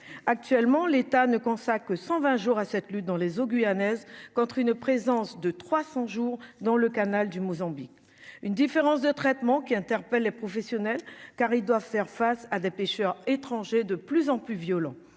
actuellement, l'État ne consacrent que 120 jours à cette lutte dans les eaux guyanaises contre une présence de 300 jours dans le canal du Mozambique, une différence de traitement qui interpelle les professionnels car ils doivent faire face à des pêcheurs étrangers de plus en plus violents